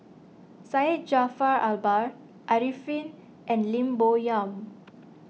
Syed Jaafar Albar Arifin and Lim Bo Yam